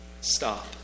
stop